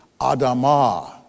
adama